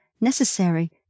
necessary